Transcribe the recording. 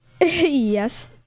Yes